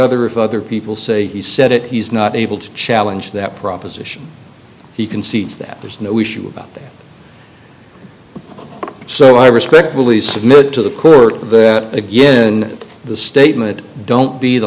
other if other people say he said that he's not able to challenge that proposition he concedes that there's no issue about that so i respectfully submit to the court again the statement don't be the